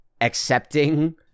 accepting